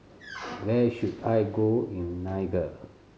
where should I go in Niger